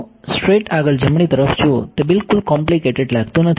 straight આગળ જમણી તરફ જુઓ તે બિલકુલ કોમ્પલીકેટેડ લાગતું નથી